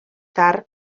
tard